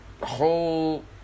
whole